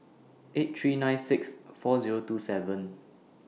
eight three nine six four Zero two seven